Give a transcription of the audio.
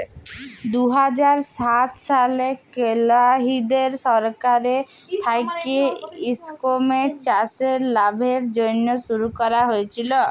দু হাজার সাত সালে কেলদিরিয় সরকার থ্যাইকে ইস্কিমট চাষের লাভের জ্যনহে শুরু হইয়েছিল